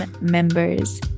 members